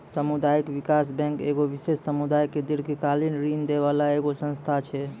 समुदायिक विकास बैंक एगो विशेष समुदाय के दीर्घकालिन ऋण दै बाला एगो संस्था छै